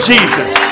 Jesus